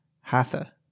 hatha